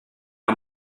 man